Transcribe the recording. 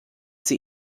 sie